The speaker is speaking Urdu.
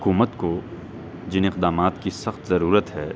حکومت کو جن اقدامات کی سخت ضرورت ہے